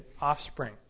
offspring